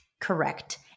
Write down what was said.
correct